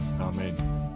amen